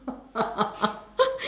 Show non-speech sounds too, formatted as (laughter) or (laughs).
(laughs)